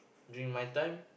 during my time